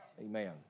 Amen